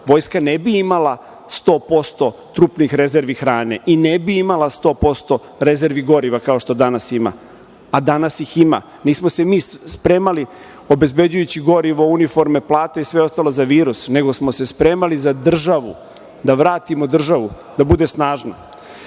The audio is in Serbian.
Vojska ne bi imala 100% trupnih rezervi hrane i ne bi imala 100% rezervi goriva, kao što danas ima, a danas ih ima. Nismo se mi spremali obezbeđujući gorivo, uniforme, plate i sve ostalo za virus, nego smo se spremali za državu, da vratimo državu da bude snažna. Ovde